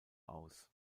aus